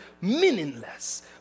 meaningless